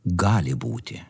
gali būti